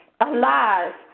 Alive